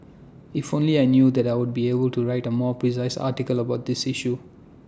if only I knew that I would be able to write A more precise article about this issue